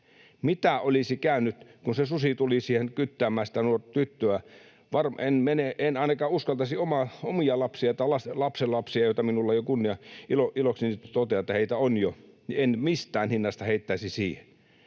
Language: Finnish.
Mitä olisi käynyt, kun se susi tuli siihen kyttäämään sitä nuorta tyttöä? En ainakaan uskaltaisi omia lapsiani tai lapsenlapsiani, joita minulla on — ilokseni totean, että heitä on jo — mistään hinnasta heittää siihen.